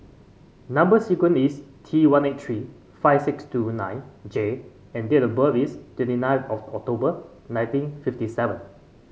number sequence is T one eight three five six two nine J and date of birth is twenty nine of October nineteen fifty seven